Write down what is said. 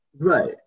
Right